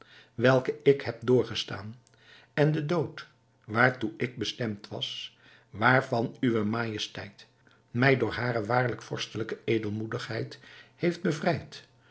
welke ik heb doorgestaan en de dood waartoe ik bestemd was waarvan uwe majesteit mij door hare waarlijk vorstelijke edelmoedigheid heeft bevrijd